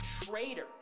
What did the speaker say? traitor